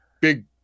big